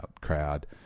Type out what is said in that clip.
crowd